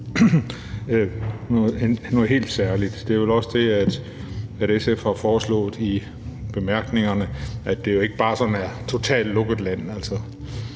noget helt særligt, og det er jo også det, SF har foreslået i bemærkningerne, altså at det jo ikke bare skal være totalt lukket land.